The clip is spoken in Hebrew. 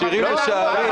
לא נוכחת שרן מרים השכל,